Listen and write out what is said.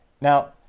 Now